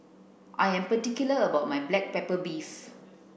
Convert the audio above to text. I am particular about my black pepper beef